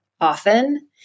often